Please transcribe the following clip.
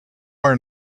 are